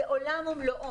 זה עולם ומלואו.